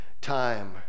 time